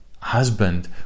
husband